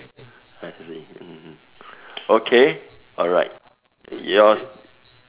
I see mm okay alright yours